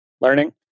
learning